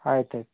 ಅಯ್ತು ಆಯ್ತು ರೀ